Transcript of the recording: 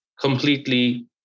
completely